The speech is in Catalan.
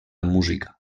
música